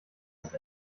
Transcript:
ist